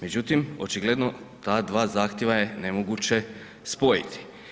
Međutim, očigledno ta dva zahtjeva je nemoguće spojiti.